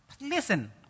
Listen